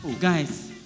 Guys